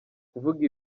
kuvuga